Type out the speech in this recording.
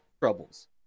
troubles